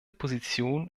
position